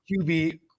qb